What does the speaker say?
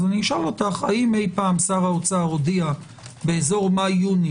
אשאל אותך: האם אי פעם שר האוצר הודיע באזור מאי-יוני